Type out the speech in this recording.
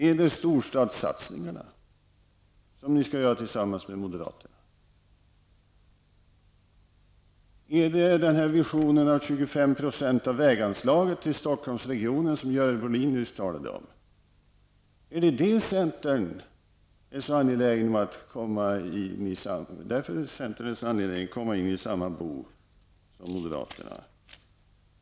Är det storstadssatsningarna som ni skall genomföra med moderaterna? Är det visionen om 25 % av väganslaget till Stockholmsregionen som Görel Bohlin nyss talade om? Är det därför centerpartiet är så angeläget om att komma in i samma bo som moderaterna?